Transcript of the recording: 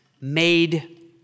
made